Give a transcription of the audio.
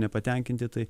nepatenkinti tai